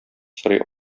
сорый